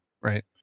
right